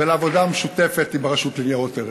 ועל העבודה המשותפת עם הרשות לניירות ערך.